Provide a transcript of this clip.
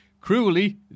Cruelly